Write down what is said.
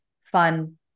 fun